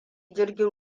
jirgin